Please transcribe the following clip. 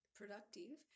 productive